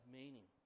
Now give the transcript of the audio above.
meaning